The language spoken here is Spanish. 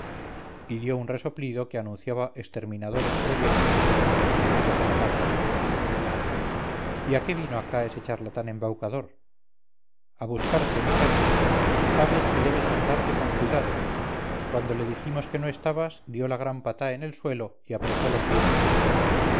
dio un resoplido que anunciaba exterminadores proyectos contra los enemigos de la patria y a qué vino acá ese charlatán embaucador a buscarte muchacho sabes que debes andarte con cuidado cuando le dijimos que noestabas dio la gran patá en el suelo y apretó los dientes